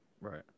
right